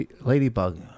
Ladybug